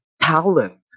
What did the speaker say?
talent